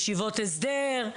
ישיבות הסדר,